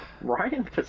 Ryan